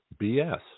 BS